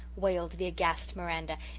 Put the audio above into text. wailed the aghast miranda,